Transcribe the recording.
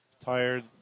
tired